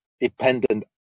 dependent